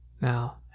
Now